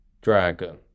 dragon